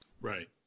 Right